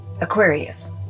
Aquarius